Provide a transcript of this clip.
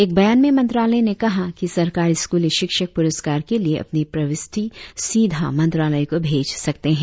एक बयान में मंत्रालय ने कहा कि सरकारी स्कूली शिक्षक पुरस्कार के लिए अपनी प्रवृष्ति सीधा मंत्रालय को भेज सकते है